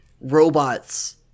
robots